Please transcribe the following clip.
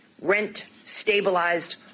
rent-stabilized